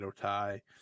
tie